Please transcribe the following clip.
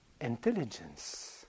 intelligence